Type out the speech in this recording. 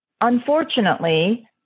Unfortunately